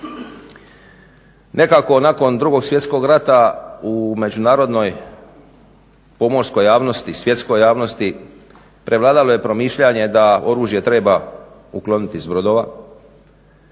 Nekako nakon Drugog svjetskog rata u međunarodnoj pomorskoj javnosti, svjetskoj javnosti prevladalo je promišljanje da oružje treba ukloniti s brodova